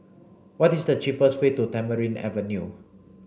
what is the cheapest way to Tamarind Avenue